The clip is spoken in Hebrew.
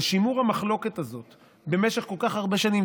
על שימור המחלוקת הזאת במשך כל כך הרבה שנים,